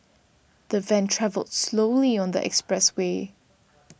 the van travelled slowly on the expressway